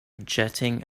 jetting